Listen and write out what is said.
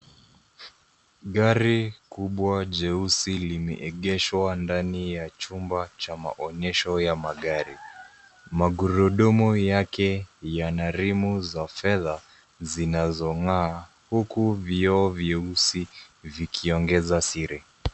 Gari kubwa jeusi limeegeshwa ndani ya chumba cha maonyesho ya magari. Magurudumu yake yanarimu za fedha zinazong'aa, huku vioo vyeusi vikiongeza siri.